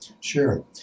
Sure